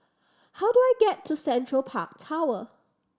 how do I get to Central Park Tower